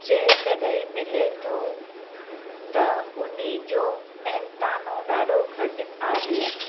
जंहिं कॾहिं मिले थो त उन जो मेहनतानो ॾाढो घटि आहे